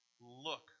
look